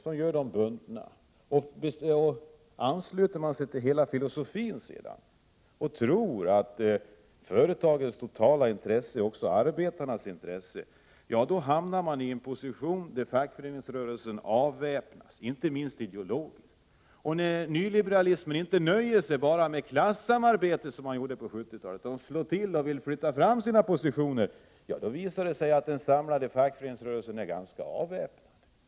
Om man sedan ansluter sig till hela filosofin och tror att företagets totala intesse också är arbetarnas intresse, då hamnar man i en position där fackföreningsrörelsen avväpnas inte minst ideologiskt. Och när nyliberalis — Prot. 1987/88:46 men inte nöjer sig med enbart klassamarbetet, som man gjorde på 70-talet, 16 december 1987 utan slår till och vill flytta fram sina positioner, då visar det sig att den = Go ga samlade fackföreningsrörelsen är ganska avväpnad.